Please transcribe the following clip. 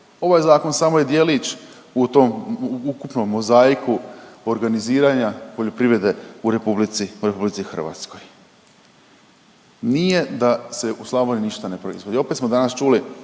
Ova zakon samo je djelić u tom ukupnom mozaiku organiziranja poljoprivrede u republici, u RH. Nije da se u Slavoniji ništa ne proizvodi. Opet smo danas čuli